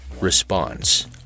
Response